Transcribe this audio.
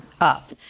up